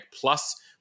Plus